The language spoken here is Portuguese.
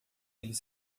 eles